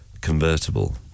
convertible